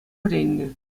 вӗреннӗ